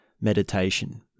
meditation